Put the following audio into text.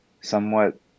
somewhat